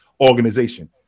organization